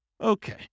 Okay